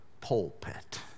pulpit